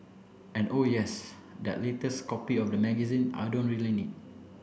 and oh yes that latest copy of the magazine I don't really need